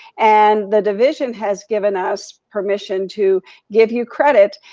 and the division has given us permission to give you credit,